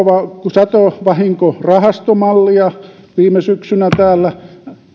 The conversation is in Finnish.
satovahinkorahastomallia viime syksynä täällä